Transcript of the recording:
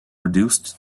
reduced